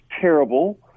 terrible